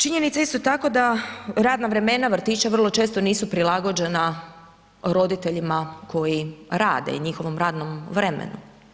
Činjenica je isto tako da radna vremena vrtića vrlo često nisu prilagođena roditeljima koji rade i njihovom radnom vremenu.